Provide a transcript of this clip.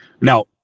now